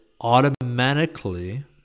automatically